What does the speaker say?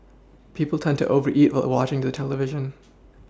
people tend to over eat a watching the television